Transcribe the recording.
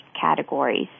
categories